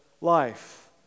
life